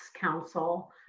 council